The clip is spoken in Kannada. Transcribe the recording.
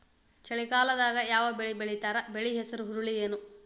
ಚಳಿಗಾಲದಾಗ್ ಯಾವ್ ಬೆಳಿ ಬೆಳಿತಾರ, ಬೆಳಿ ಹೆಸರು ಹುರುಳಿ ಏನ್?